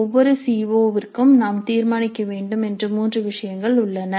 ஒவ்வொரு சிஓ விற்கும் நாம் தீர்மானிக்க வேண்டும் என்று மூன்று விஷயங்கள் உள்ளன